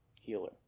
healer